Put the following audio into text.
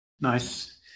Nice